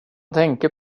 tänker